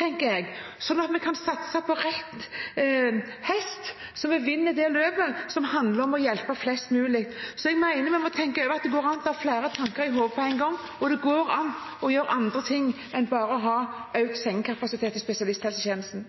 tenker jeg, sånn at vi kan satse på rett hest, så vi vinner det løpet som handler om å hjelpe flest mulig. Jeg mener at det må gå an å ha flere tanker i hodet på en gang, og det går an å gjøre annet enn bare å øke sengekapasiteten i spesialisthelsetjenesten.